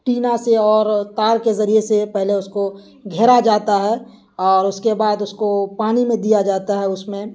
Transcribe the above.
Tina سے اور تار کے ذریعے سے پہلے اس کو گھیرا جاتا ہے اور اس کے بعد اس کو پانی میں دیا جاتا ہے اس میں